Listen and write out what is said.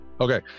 Okay